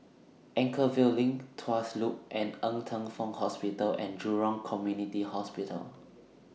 Anchorvale LINK Tuas Loop and Ng Teng Fong Hospital and Jurong Community Hospital